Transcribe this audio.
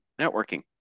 networking